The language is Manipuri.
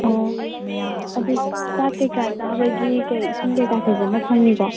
ꯑꯣ ꯑꯗꯨ ꯆꯥꯛ ꯀꯩꯀꯥ ꯆꯥꯕꯒꯤ ꯀꯩ ꯏꯁꯤꯡ ꯀꯩꯀꯥ ꯐꯖꯅ ꯐꯪꯏꯀꯣ